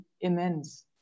immense